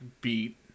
beat